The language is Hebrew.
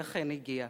והיא אכן הגיעה.